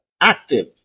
active